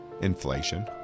Inflation